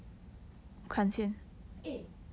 eh